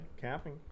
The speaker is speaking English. capping